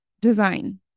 design